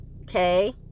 Okay